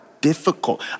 difficult